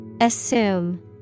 Assume